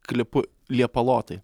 klipu liepalotai